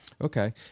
Okay